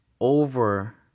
over